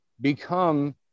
become